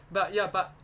but ya but